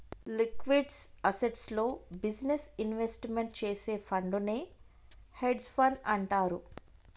liquid అసెట్స్లో business investment చేసే ఫండునే చేసే హెడ్జ్ ఫండ్ అంటారు